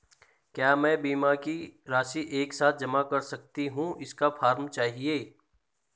क्या मैं बीमा की राशि एक साथ जमा कर सकती हूँ इसका फॉर्म चाहिए?